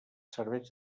serveix